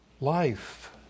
life